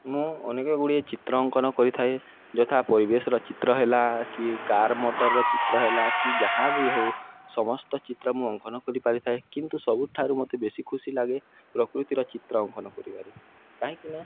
ମୁଁ ଅନେକଗୁଡ଼ିଏ ଚିତ୍ର ଅଙ୍କନ କରିଥାଏ ଯଥା ପରିବେଶର ଚିତ୍ର ହେଲା କି କାର୍ ମୋଟର୍ର ଚିତ୍ର ହେଲା କି ଯାହା ବିି ହଉ ସମସ୍ତ ଚିତ୍ର ମୁଁ ଅଙ୍କନ କରିପାରିଥାଏ କିନ୍ତୁ ସବୁଠାରୁ ମୋତେ ବେଶୀ ଖୁସି ଲାଗେ ପ୍ରକୃତିର ଚିତ୍ର ଅଙ୍କନ କରିବାରେ କାହିଁକିନା